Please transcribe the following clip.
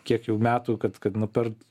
kiek jau metų kad kad nu per